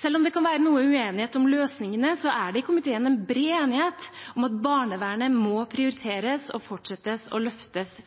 Selv om det kan være noe uenighet om løsningene, er det i komiteen bred enighet om at barnevernet må prioriteres og fortsatt løftes